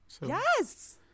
Yes